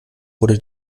wurde